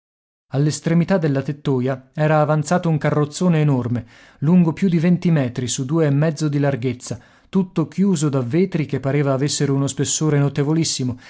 all'estremità della tettoia era avanzato un carrozzone enorme lungo più di venti metri su due e mezzo di larghezza tutto chiuso da vetri che pareva avessero uno spessore notevolissimo